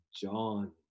john